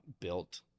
built